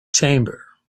chamber